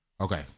okay